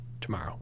tomorrow